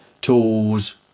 tools